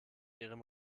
ihrem